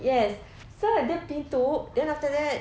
yes so the pintu then after that